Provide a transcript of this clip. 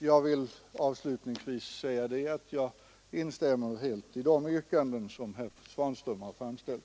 Jag vill avslutningsvis säga att jag helt instämmer i de yrkanden som herr Svanström har framfört.